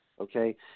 Okay